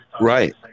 right